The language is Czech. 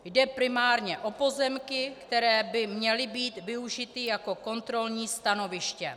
Jde primárně o pozemky, které by měly být využity jako kontrolní stanoviště.